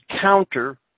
counter